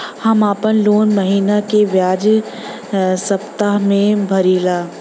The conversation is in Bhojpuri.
हम आपन लोन महिना के बजाय सप्ताह में भरीला